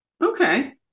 Okay